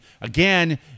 Again